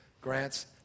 grants